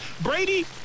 brady